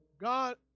God